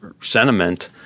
sentiment